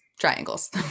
triangles